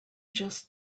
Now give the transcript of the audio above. just